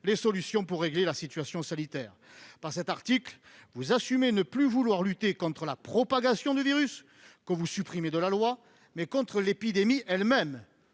les solutions permettant de régler la situation sanitaire. Par cet article, vous assumez ne plus vouloir lutter contre la propagation du « virus », que vous supprimez de la loi, mais contre l'épidémie elle-même.